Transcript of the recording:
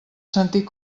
sentit